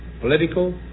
political